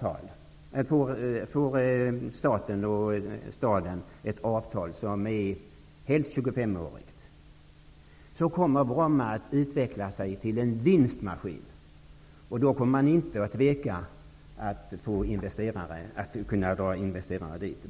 Carlsson. Om staden och staten sluter ett avtal, helst på 25 år, kommer Bromma att utvecklas till en vinstmaskin. Då kommer investerarna inte att tveka.